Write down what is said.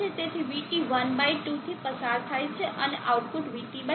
તેથી વીટી 12 થી પસાર થાય છે અને આઉટપુટ VT 2 હશે